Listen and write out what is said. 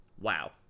Wow